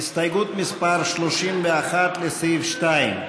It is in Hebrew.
הסתייגות מס' 31, לסעיף 2: